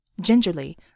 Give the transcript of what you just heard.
Gingerly